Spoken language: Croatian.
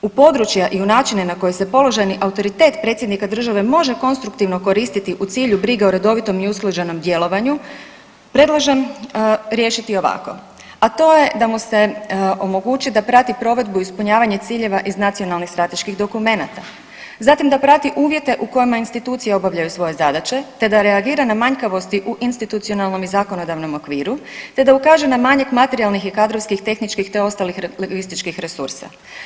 U područja i u načine na koji se položajni autoritet predsjednika države može konstruktivno koristiti u cilju brige o redovitom i usklađenom djelovanju predlažem riješiti ovako, a to je da mu se omogući da prati provedbu ispunjavanje ciljeva iz nacionalnih strateških dokumenata, zatim da prati uvjete u kojima institucije obavljaju svoje zadaće, te da reagira na manjkavosti u institucionalnom i zakonodavnom okviru, te da ukaže na manjak materijalnih i kadrovskih i tehničkih, te ostalih lingvističkih resursa.